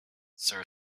sir